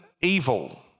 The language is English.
evil